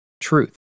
truth